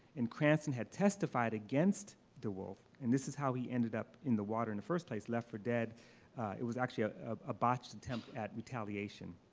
and cranston had testified against de woolf. and this is how he ended up in the water in the first place left for dead it was actually a ah botched attempt at retaliation.